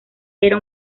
era